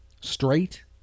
straight